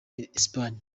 espanye